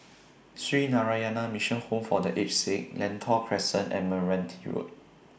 Sree Narayana Mission Home For The Aged Sick Lentor Crescent and Meranti Road